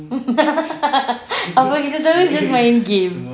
apa kita tahu is just main game